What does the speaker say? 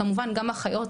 כמובן גם אחיות,